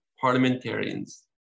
parliamentarians